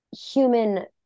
human